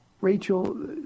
Rachel